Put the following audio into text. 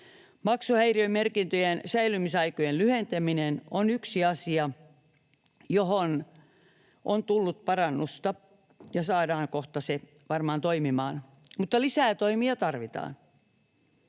Maksuhäiriömerkintöjen säilymisaikojen lyhentäminen on yksi asia, johon on tullut parannusta, ja se saadaan varmaan kohta toimimaan, mutta lisää toimia tarvitaan.